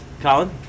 Colin